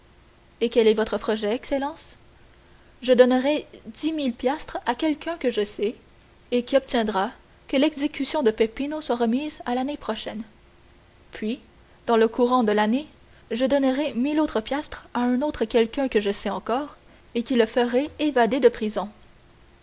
et quel est votre projet excellence je donnerai dix mille piastres à quelqu'un que je sais et qui obtiendra que l'exécution de peppino soit remise à l'année prochaine puis dans le courant de l'année je donnerai mille autres piastres à un autre quelqu'un que je sais encore et le ferai évader de prison